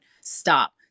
stop